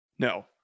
No